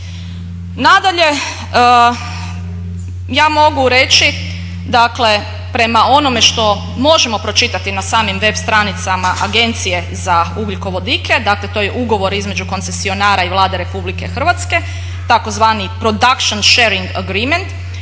Nadalje, ja mogu reći, dakle prema onome što možemo pročitati na samim web stranicama Agencije za ugljikovodike, dakle to je ugovor između koncesionara i Vlade Republike Hrvatske, tzv. production sharing agreement,